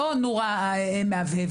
לא נורה מהבהבת.